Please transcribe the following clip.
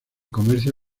comercio